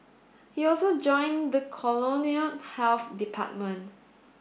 he also joined the colonial health department